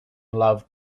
love